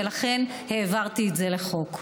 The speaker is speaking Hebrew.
ולכן העברתי את זה לחוק.